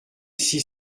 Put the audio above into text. six